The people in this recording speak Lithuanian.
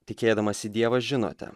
tikėdamasi dievą žinote